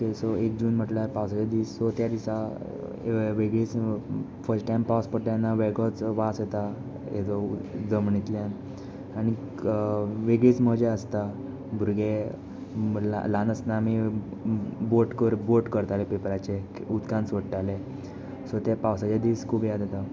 एक जून म्हटल्यार पावसाचे दीस सो त्या दिसा वेगळीच फस्ट डे पावस पडटा तेन्ना वेगळोच वास येता हाजो जमनींतल्यान आनी वेगळीच मजा आसता भुरगे ल्हान आसतना आमी बोट कर बोट करताले पेपराचें उदकांत सोडटालें सो ते पावसाचे दीस खूब याद येता ओके